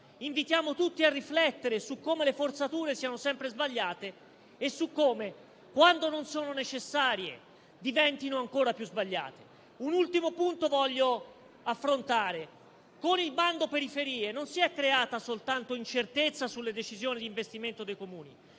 Invitiamo tutti a riflettere su come le forzature siano sempre sbagliate e su come, quando non sono necessarie, diventino ancora più sbagliate. Voglio affrontare un ultimo punto. Con il bando periferie non si è creata soltanto incertezza sulle decisioni di investimento dei Comuni,